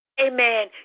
Amen